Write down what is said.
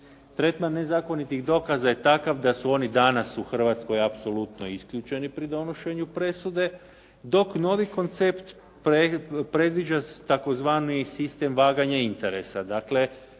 Tretman nezakonitih dokaza je takav da su oni danas u Hrvatskoj apsolutno isključeni pri donošenju presude dok novi koncept predviđa tzv. sistem vaganja interesa.